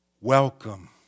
welcome